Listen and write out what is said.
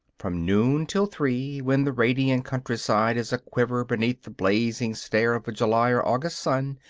from noon till three, when the radiant countryside is a-quiver beneath the blazing stare of a july or august sun,